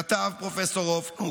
כך כתב פרופ' הופנונג.